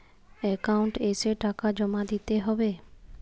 Account এসে টাকা জমা দিতে হবে?